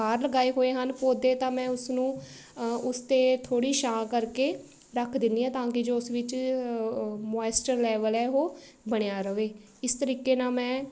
ਬਾਹਰ ਲਗਾਏ ਹੋਏ ਹਨ ਪੌਦੇ ਤਾਂ ਮੈਂ ਉਸਨੂੰ ਉਸ 'ਤੇ ਥੋੜ੍ਹੀ ਛਾਂ ਕਰਕੇ ਰੱਖ ਦਿੰਦੀ ਹਾਂ ਤਾਂ ਕਿ ਜੋ ਉਸ ਵਿੱਚ ਮੋਇਸਚਰ ਲੈਵਲ ਹੈ ਉਹ ਬਣਿਆ ਰਹੇ ਇਸ ਤਰੀਕੇ ਨਾਲ ਮੈਂ